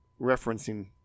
referencing